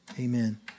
amen